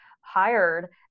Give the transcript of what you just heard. hired